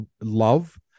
love